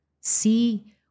see